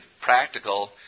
practical